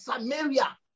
Samaria